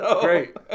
Great